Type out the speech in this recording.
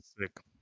sick